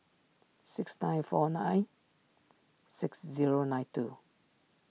six nine four nine six zero nine two